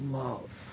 love